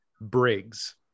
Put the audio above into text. briggs